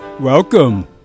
Welcome